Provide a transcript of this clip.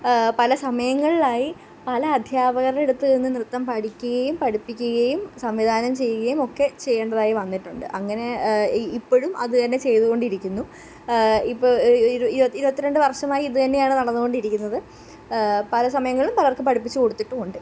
പല സമയങ്ങളിലായി പല അദ്ധ്യാപകരുടെ അടുത്ത് നിന്ന് നൃത്തം പഠിക്കുകയും പഠിപ്പിക്കുകയും സംവിധാനം ചെയ്യുകയും ഒക്കെ ചെയ്യേണ്ടതായി വന്നിട്ടുണ്ട് അങ്ങനെ ഇപ്പോഴും അതുതന്നെ ചെയ്തുകൊണ്ടിരിക്കുന്നു ഇപ്പോൾ ഇരുപത്തിരണ്ട് വര്ഷമായി ഇതുതന്നെയാണ് നടന്നുകൊണ്ടിരിക്കുന്നത് പല സമയങ്ങളില് പലര്ക്കും പഠിപ്പിച്ചു കൊടുത്തിട്ടും ഉണ്ട്